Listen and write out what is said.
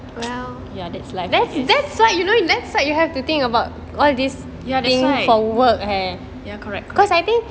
ya that's life ya that's why ya correct correct